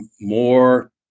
more